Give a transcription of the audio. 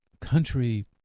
country